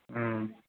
ꯎꯝ